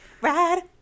Ride